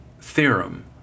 theorem